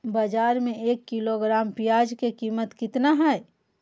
बाजार में एक किलोग्राम प्याज के कीमत कितना हाय?